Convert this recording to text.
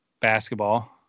basketball